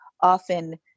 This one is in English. often